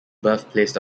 birthplace